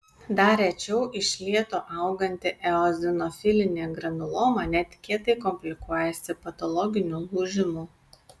dar rečiau iš lėto auganti eozinofilinė granuloma netikėtai komplikuojasi patologiniu lūžimu